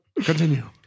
Continue